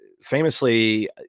famously